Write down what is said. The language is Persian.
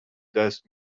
دست